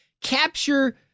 capture